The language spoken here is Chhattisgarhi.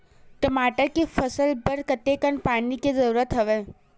टमाटर के फसल बर कतेकन पानी के जरूरत हवय?